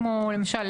כמו למשל,